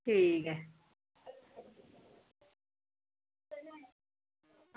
ठीक ऐ